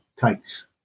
takes